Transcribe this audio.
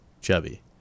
chubby